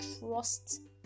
trust